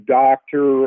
doctor